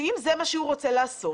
שאם זה מה שהוא רוצה לעשות,